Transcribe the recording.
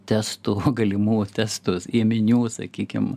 testų galimų testų ėminių sakykim